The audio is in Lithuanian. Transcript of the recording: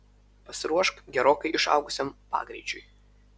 pasiruošk gerokai išaugusiam pagreičiui